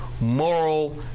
moral